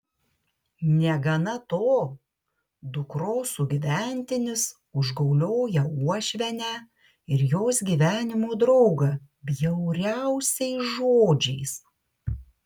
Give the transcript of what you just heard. negana to dukros sugyventinis užgaulioja uošvienę ir jos gyvenimo draugą bjauriausiais žodžiais